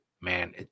Man